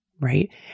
right